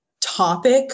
topic